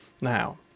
now